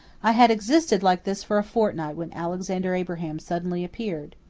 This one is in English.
i had existed like this for a fortnight when alexander abraham suddenly appeared.